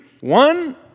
One